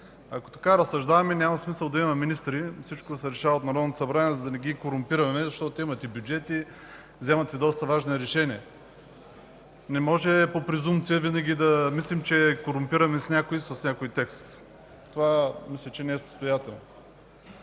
Ако разсъждаваме така, няма смисъл да има министри и всичко да се решава от Народното събрание, за да не ги корумпираме, защото имате бюджети, вземате доста важни решения. Не може по презумпция винаги да мислим, че корумпираме някого с някой текст. Мисля, че това не е състоятелно.